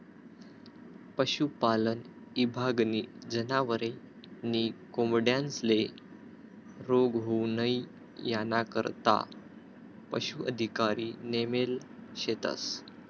पशुपालन ईभागनी जनावरे नी कोंबड्यांस्ले रोग होऊ नई यानाकरता पशू अधिकारी नेमेल शेतस